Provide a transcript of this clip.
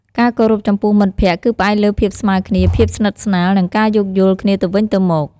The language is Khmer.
ការគោរពចំពោះមិត្តភក្តិ គឺផ្អែកលើភាពស្មើគ្នា ភាពស្និទ្ធស្នាល និងការយោគយល់គ្នាទៅវិញទៅមក។